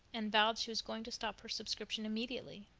and vowed she was going to stop her subscription immediately.